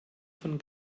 von